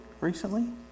recently